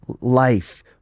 life